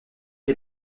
les